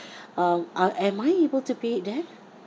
um are am I able to pay there